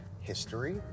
history